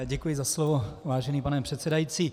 Děkuji za slovo, vážený pane předsedající.